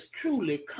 truly